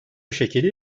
şekeri